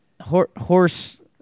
horse